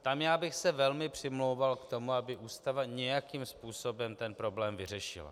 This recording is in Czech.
Tam já bych se velmi přimlouval k tomu, aby Ústava nějakým způsobem ten problém vyřešila.